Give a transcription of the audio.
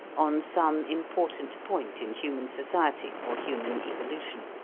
on some important point in human society or human evolution.